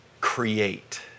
create